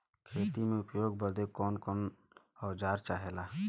खेती में उपयोग बदे कौन कौन औजार चाहेला?